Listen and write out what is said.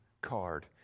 card